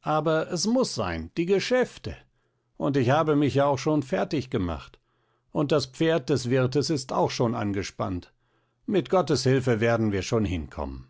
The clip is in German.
aber es muß sein die geschäfte und ich habe mich ja auch schon fertig gemacht und das pferd des wirtes ist auch schon angespannt mit gottes hilfe werden wir schon hinkommen